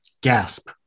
Gasp